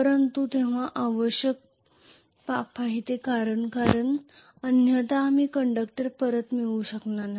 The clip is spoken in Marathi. परंतु हे आवश्यक दुर्दैव आहे कारण अन्यथा मी कंडक्टर परत मिळवू शकणार नाही